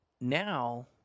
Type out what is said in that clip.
now